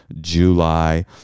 July